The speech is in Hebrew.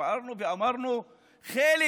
התפארנו ואמרנו: חלק